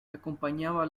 acompañaba